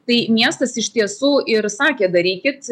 tai miestas iš tiesų ir sakė darykit